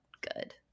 good